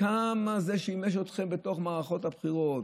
כמה זה שימש אתכם בתוך מערכות הבחירות,